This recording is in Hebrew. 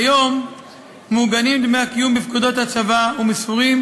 כיום מעוגנים דמי הקיום בפקודות הצבא ומסורים